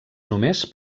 només